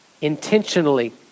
intentionally